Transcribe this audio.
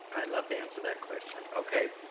i'd love to answer that question. okay.